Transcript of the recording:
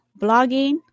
blogging